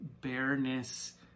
bareness